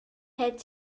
hält